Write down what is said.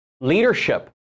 leadership